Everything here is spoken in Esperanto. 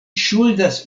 ŝuldas